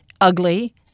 Ugly